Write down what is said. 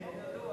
ידוע.